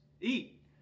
eat